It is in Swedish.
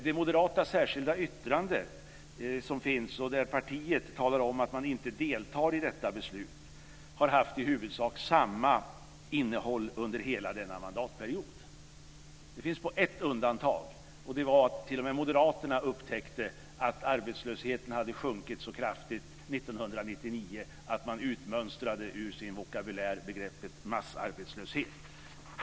Det moderata särskilda yttrande som gjorts och där man talar om att partiet inte deltar i detta beslut har haft i huvudsak samma innehåll under hela denna mandatperiod. Det finns dock ett undantag från detta, och det gjordes när moderaterna upptäckte att arbetslösheten hade sjunkit så kraftigt 1999 att man ur sin vokabulär utmönstrade begreppet massarbetslöshet.